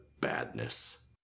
badness